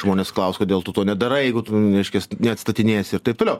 žmonės klaus kodėl tu to nedarai jeigu tu reiškias neatstatinėsi ir taip toliau